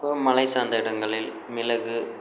இப்போ மலை சார்ந்த இடங்களில் மிளகு